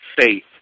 faith